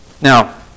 Now